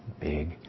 Big